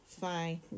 fine